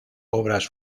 obras